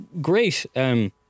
great